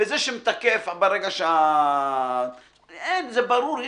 וזה שמתקף, אין, זה ברור.